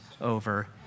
over